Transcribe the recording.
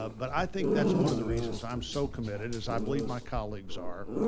but i think that's one of the reasons i'm so committed, as i believe my colleagues are,